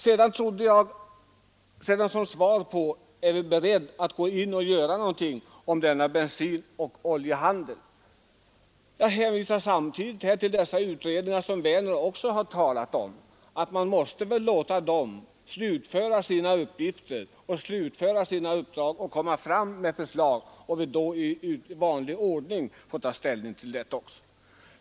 Som svar på frågan om vi är beredda att göra någonting beträffande bensinoch oljehandeln vill jag hänvisa till de utredningar som även herr Werner har talat om. Man måste väl låta dem slutföra sina uppdrag och komma med förslag, som vi sedan i vanlig ordning får ta ställning till.